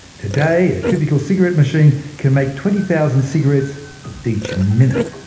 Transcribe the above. today, a typical cigarette machine can make twenty thousand cigarettes each minute.